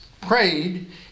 prayed